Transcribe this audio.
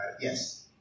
yes